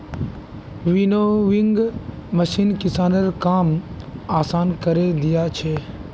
winnowing machine किसानेर काम आसान करे दिया छे